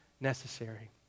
necessary